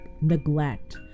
neglect